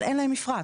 אבל אין להם מפרט,